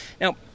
Now